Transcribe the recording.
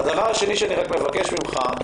הדבר השני שאני מבקש ממך,